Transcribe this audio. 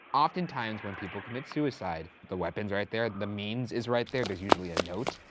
often times when people commit suicide, the weapon's right there, the means is right there, there's usually a note.